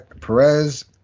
Perez